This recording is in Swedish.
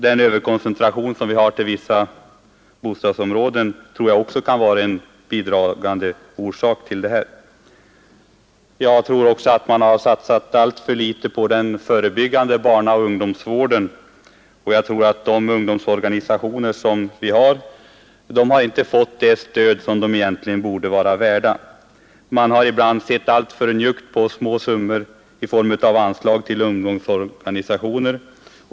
Den överkoncentration som vi har i vissa bostadsområden kan också vara en bidragande orsak. Jag tror vidare att man satsat alltför litet på den förebyggande barnaoch ungdomsvården, och jag tror att våra ungdomsorganisationer inte har fått det stöd de vore värda. Man har ibland sett alltför njuggt på småsummor när det gällt anslag till ungdomsorganisationer.